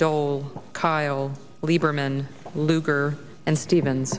dole kyl lieberman lugar and stevens